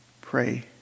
Pray